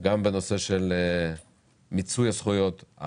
גם בנושא של מיצוי הזכויות,